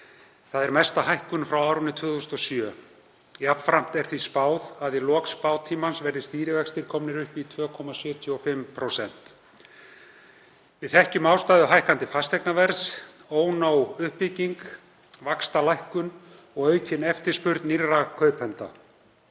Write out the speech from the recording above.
er mesta hækkun frá árinu 2007. Jafnframt er því spáð að í lok spátímans verði stýrivextir komnir upp í 2,75%. Við þekkjum ástæðu hækkandi fasteignaverðs; ónóg uppbygging, vaxtalækkun og aukin eftirspurn nýrra kaupenda.